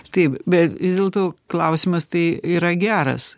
taip bet vis dėlto klausimas tai yra geras